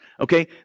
okay